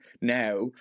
now